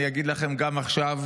אני אגיד לכם, גם עכשיו,